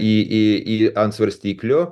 į į į ant svarstyklių